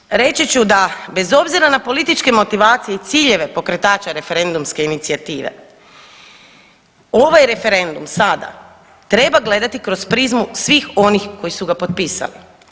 Međutim, reći ću da bez obzira na političke motivacije i ciljeve pokretača referendumske inicijative ovaj referendum sada treba gledati kroz prizmu svih onih koji su ga potpisali.